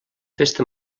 festa